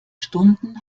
stunden